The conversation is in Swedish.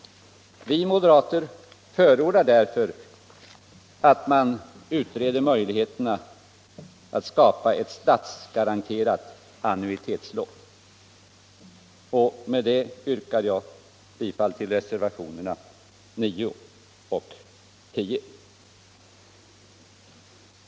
Vi moderater förordar därför att man utreder möjligheterna att skapa ett statsgaranterat annuitetslån. Med det yrkar jag bifall till reservationerna 9 och 10.